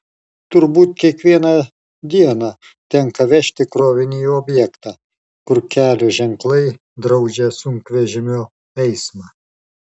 turbūt kiekvieną dieną tenka vežti krovinį į objektą kur kelio ženklai draudžia sunkvežimio eismą